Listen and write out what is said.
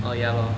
orh ya lor